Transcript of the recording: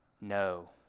No